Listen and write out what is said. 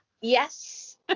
Yes